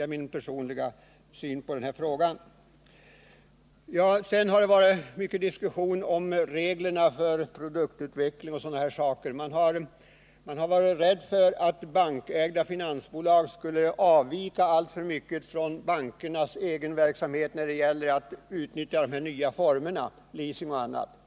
Det är min personliga syn på denna fråga, och jag vill betona att finansbolagens utlåning till småföretagssektorn kan vara en nödvändig ventil i en tid av hårda kapitalrestriktioner. Det har varit mycken diskussion om reglerna för bl.a. produktutveckling. Man har varit rädd för att bankägda finansbolag skulle avvika alltför mycket från bankernas egen verksamhet när det gäller att utnyttja de nya formerna, leasing etc.